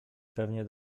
pewnie